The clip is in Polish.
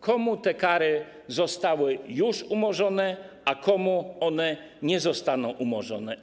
Komu te kary zostały już umorzone, a komu one nie zostaną umorzone?